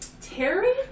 Terry